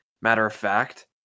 matter-of-fact